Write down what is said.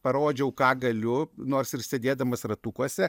parodžiau ką galiu nors ir sėdėdamas ratukuose